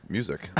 Music